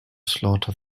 slaughter